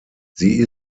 sie